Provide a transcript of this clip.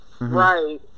Right